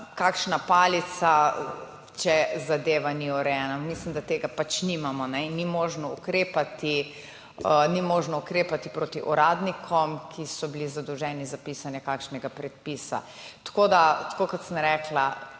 kakšna palica, če zadeva ni urejena. Mislim, da tega pač nimamo in ni možno ukrepati proti uradnikom, ki so bili zadolženi za pisanje kakšnega predpisa. Tako kot sem rekla,